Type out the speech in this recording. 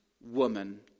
woman